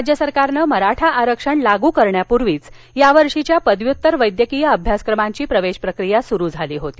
राज्य सरकारनं मराठा आरक्षण लागू करण्यापूर्वीच यावर्षीच्या पदव्युत्तर वैद्यकीय अभ्यासक्रमांची प्रवेश प्रक्रिया सुरु झाली होती